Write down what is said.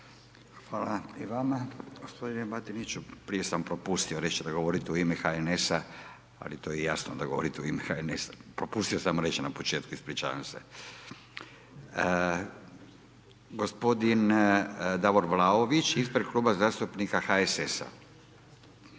Hvala i vama gospodine Batiniću, prije sam propustio reć da govorite u ime HNS-a, ali to je jasno da govorite u ime HNS. Propustio sam reć na početku, ispričavam se. Gospodin Davor Vlaović, ispred Kluba zastupnika HSS-a.